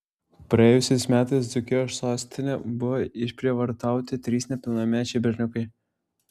praėjusiais metais dzūkijos sostinėje buvo išprievartauti trys nepilnamečiai berniukai